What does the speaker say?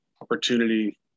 opportunity